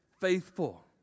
faithful